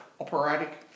Operatic